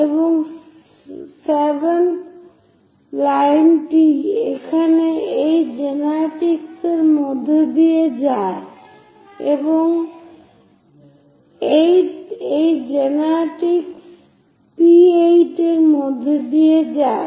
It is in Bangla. এবং 7 ম লাইনটি এখানে এই জেনারেট্রিক্সের মধ্য দিয়ে যায় এবং 8 ম এই জেনারেট্রিক্স P8 এর মধ্য দিয়ে যায়